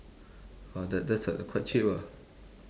oh that that's uh quite cheap ah